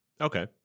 okay